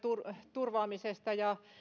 turvaamisesta ja